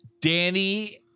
Danny